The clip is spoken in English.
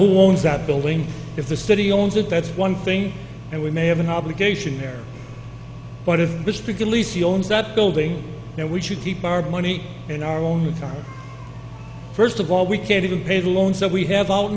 who owns that building if the city owns it that's one thing and we may have an obligation there but if she owns that building and we should keep our money in our own first of all we can't even pay the loan so we have